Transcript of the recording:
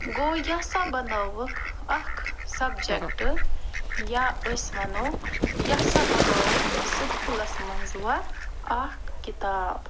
گوٚو یہِ ہسا بنٲوٕکھ اَکھ سَبجیٚکٹہٕ یا أسۍ وَنو یہِ ہسا بنٲو سُکوٗلَس منٛز وۄنۍ اَکھ کِتاب